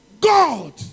God